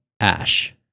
Ash